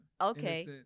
Okay